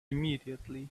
immediately